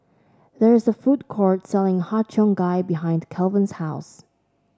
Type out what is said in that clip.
there is a food court selling Har Cheong Gai behind Calvin's house